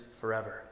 forever